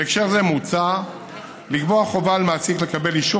בהקשר זה מוצע לקבוע חובה על מעסיק לקבל את אישור